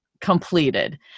completed